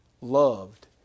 loved